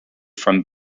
from